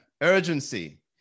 Urgency